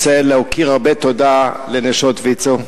רוצה להכיר הרבה תודה לנשות ויצו.